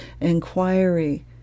inquiry